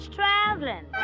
traveling